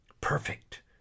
Perfect